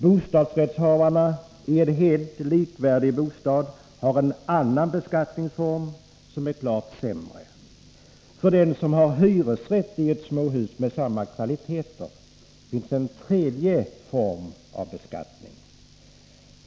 Bostadsrättshavaren i en helt likvärdig bostad har en annan beskattningsform som är klart sämre. För den som har hyresrätt i ett småhus med samma kvaliteter finns en tredje form av beskattning.